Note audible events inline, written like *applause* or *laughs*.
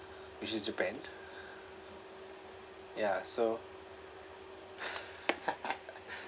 which is japan ya so *laughs*